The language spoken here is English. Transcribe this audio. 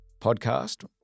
podcast